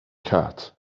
cat